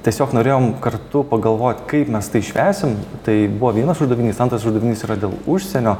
tiesiog norėjom kartu pagalvot kaip mes tai švęsim tai buvo vienas uždavinys antras uždavinys yra dėl užsienio